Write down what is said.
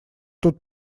тут